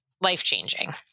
life-changing